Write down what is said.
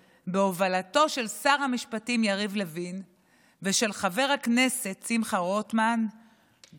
בהובלתו של שר המשפטים יריב לוין ושל חבר הכנסת שמחה רוטמן ממשלת ישראל